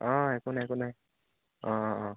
অঁ একো নাই একো নাই অঁ অঁ